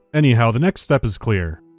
anyhow, the next step is clear.